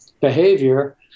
behavior